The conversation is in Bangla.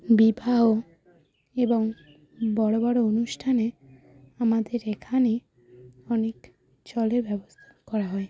বিবাহ এবং বড় বড় অনুষ্ঠানে আমাদের এখানে অনেক জলের ব্যবস্থা করা হয়